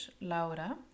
Laura